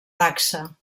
dacsa